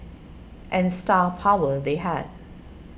and star power they had